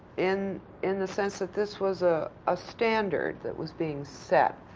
in in the sense that this was a ah standard that was being set,